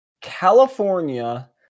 California